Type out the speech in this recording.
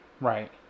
Right